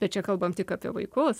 bet čia kalbam tik apie vaikus